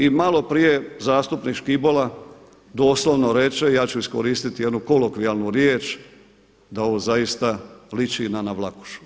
I malo prije zastupnik Škibola doslovno reče, ja ću iskoristiti jednu kolokvijalnu riječ, da ovo zaista liči na navlakušu.